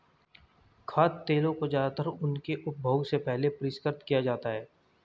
खाद्य तेलों को ज्यादातर उनके उपभोग से पहले परिष्कृत किया जाता है